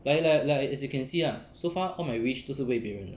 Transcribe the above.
like like like as you can see lah so far all my wish 都是为别人的